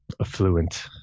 affluent